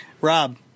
Rob